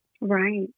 Right